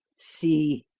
see!